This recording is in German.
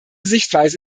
sichtweise